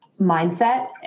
mindset